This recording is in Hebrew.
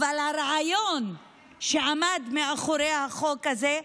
אבל הרעיון שעמד מאחורי החוק הזה,